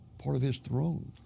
part of his throne.